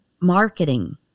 marketing